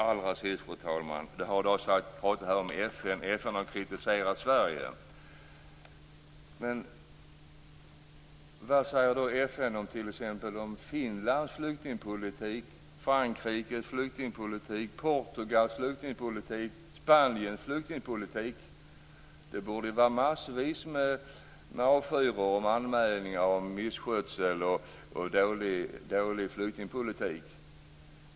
Allra sist: Det har här sagts att FN har kritiserat Sverige. Men vad säger då FN om t.ex. Finlands flyktingpolitik, om Frankrikes flyktingpolitik, om Portugals flyktingpolitik, om Spaniens flyktingpolitik? Det borde finnas massvis med anmälningar om misskötsel och dålig flyktingpolitik.